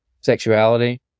sexuality